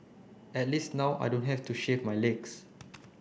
at least now I don't have to shave my legs